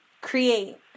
Create